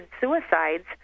suicides